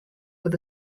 were